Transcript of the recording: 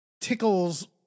tickles